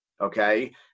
Okay